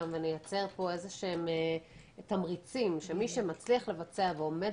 ונייצר תמריצים שמי שמצליח לבצע ועומד